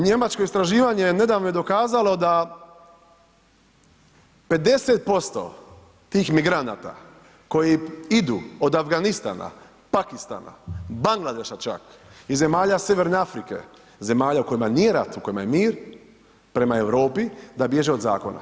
Njemačko istraživanje nedavno je dokazalo da 50% tih migranata koji idu od Afganistana, Pakistana, Bangladeša čak, iz zemalja Sjeverne Afrike, zemalja u kojima nije rat, u kojima je mir prema Europi da bježe od zakona.